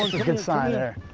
good sign there.